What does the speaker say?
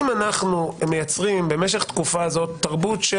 אם אנחנו מייצרים במשך התקופה הזאת תרבות של